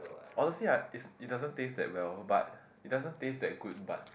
honestly ah is it doesn't taste that well but it doesn't taste that good but